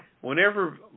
whenever